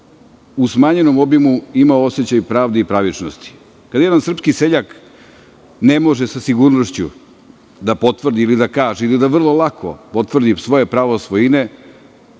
u smanjenom obimu imao osećaj pravde i pravičnosti. Kada jedan srpski seljak ne može sa sigurnošću da potvrdi ili da kaže ili da vrlo lako potvrdi svoje pravo svojine,